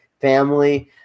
family